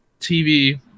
TV